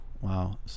Wow